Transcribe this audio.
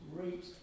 great